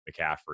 McCaffrey